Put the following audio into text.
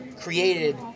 created